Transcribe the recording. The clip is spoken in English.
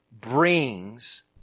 brings